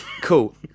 Cool